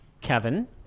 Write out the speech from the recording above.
Kevin